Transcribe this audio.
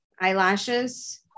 eyelashes